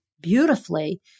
beautifully